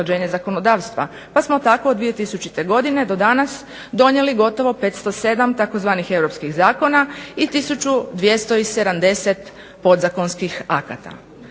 pa smo tako od 2000. godine do danas donijeli gotovo 507 tzv. europskih zakona, i tisuću 270 podzakonskih akata.